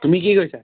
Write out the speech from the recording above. তুমি কি কৰিছা